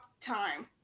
time